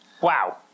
Wow